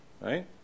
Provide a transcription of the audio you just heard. right